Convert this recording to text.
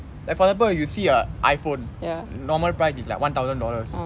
like for example you see a iphone normal price is like one thousand dollars